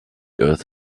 earth